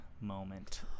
moment